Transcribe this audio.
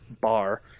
Bar